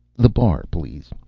the bar, please.